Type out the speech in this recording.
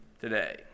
today